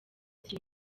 kiri